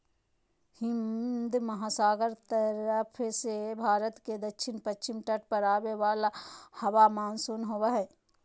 हिन्दमहासागर तरफ से भारत के दक्षिण पश्चिम तट पर आवे वाला हवा मानसून होबा हइ